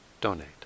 donate